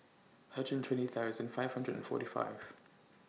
hundred and twenty thousand five hundred and forty five